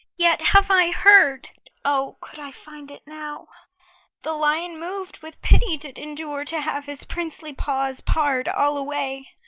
yet have i heard o, could i find it now the lion, mov'd with pity, did endure to have his princely paws par'd all away.